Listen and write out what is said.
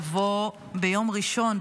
לבוא ביום ראשון,